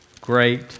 great